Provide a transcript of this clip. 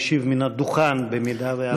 מפורטת.